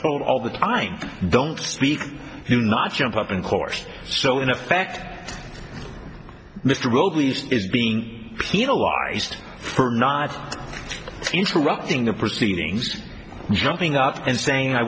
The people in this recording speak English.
told all the time don't you not jump up and course so in effect mr rove is being penalized for not interrupting the proceedings jumping up and saying i